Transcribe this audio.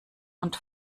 und